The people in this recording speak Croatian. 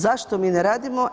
Zašto mi ne radimo?